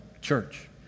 church